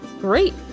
Great